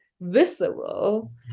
visceral